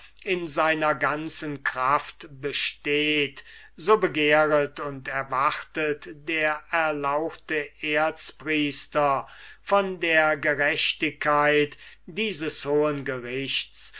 in seiner ganzen kraft besteht so begehret und erwartet der erlauchte erzpriester von der gerechtigkeit dieses hohen